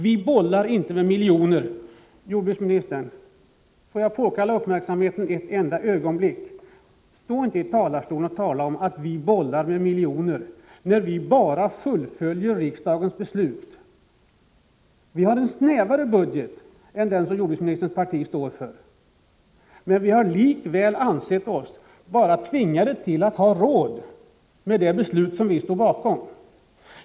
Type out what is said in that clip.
Vi bollar inte med miljonerna, jordbruksministern — får jag påkalla uppmärksamheten ett ögonblick. Stå inte i talarstolen och säg att vi bollar med miljonerna, när vi bara fullföljer riksdagens beslut! Vi hade en snävare budget än den som jordbruksministerns parti står för, men vi har likväl ansett oss vara tvingade att ha råd med det beslut som vi stod bakom.